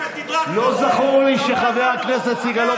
ומאחר שזה מקובל עליכם, כנראה אלה אתם.